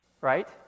right